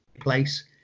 place